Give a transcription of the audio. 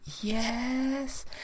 yes